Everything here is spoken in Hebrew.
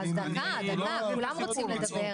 שלום,